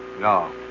No